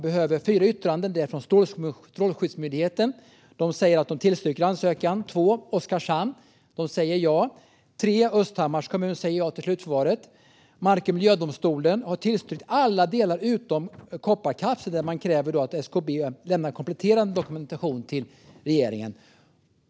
Strålsäkerhetsmyndigheten säger att de tillstyrker ansökan. Även Oskarshamn säger ja, liksom Östhammars kommun. Mark och miljödomstolen har tillstyrkt alla delar utom kopparkapseln, där man kräver att SKB lämnar kompletterande dokumentation till regeringen.